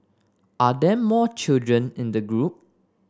are there more children in the group